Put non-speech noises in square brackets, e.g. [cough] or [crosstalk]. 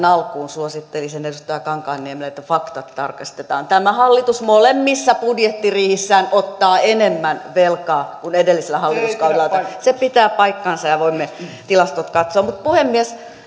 [unintelligible] alkuun suosittelisin edustaja kankaanniemelle että faktat tarkistetaan tämä hallitus molemmissa budjettiriihissään ottaa enemmän velkaa kuin edellisellä hallituskaudella otettiin se pitää paikkansa ja voimme tilastot katsoa mutta puhemies